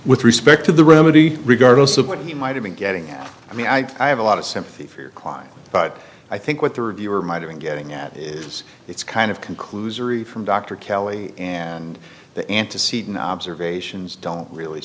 with respect to the remedy regardless of what he might have been getting i mean i i have a lot of sympathy for klein but i think what the reviewer might have been getting at is it's kind of conclude from dr kelly and the antecedent observations don't really